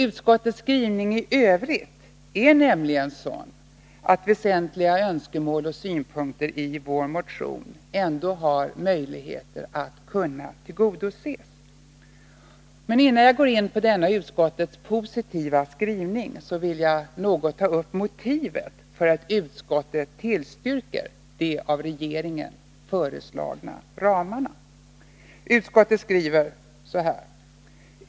Utskottets skrivning i övrigt är nämligen sådan att väsentliga önskemål och synpunkter i vår motion ändå har möjligheter att tillgodoses. Men innan jag går in på denna utskottets mycket positiva skrivning vill jag något ta upp motivet för att utskottet tillstyrker de av regeringen föreslagna ramarna.